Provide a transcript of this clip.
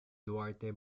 duarte